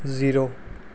zero